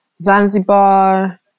Zanzibar